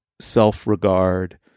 self-regard